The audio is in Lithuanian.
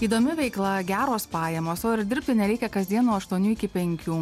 įdomi veikla geros pajamos o ir dirbti nereikia kasdien nuo aštuonių iki penkių